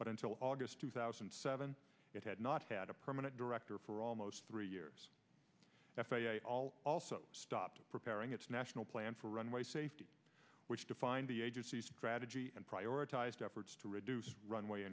but until august two thousand and seven it had not had a permanent director for almost three years f a a all also stopped preparing its national plan for runway safety which defined the agency's strategy and prioritized efforts to reduce runway